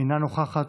אינה נוכחת,